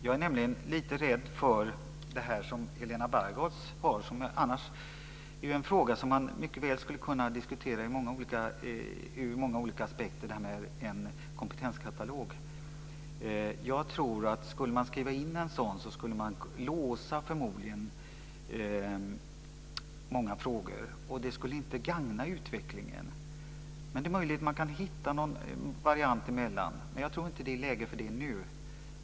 Jag är lite rädd för det som Helena Bargholtz tar upp, som ju annars är en fråga som man mycket väl skulle kunna diskutera ur många olika aspekter, nämligen en kompetenskatalog. Jag tror om man skulle skriva in en sådan skulle man förmodligen låsa många frågor. Det skulle inte gagna utvecklingen. Men det är möjligt att man kan hitta någon variant däremellan. Jag tror inte att det är läge för det nu.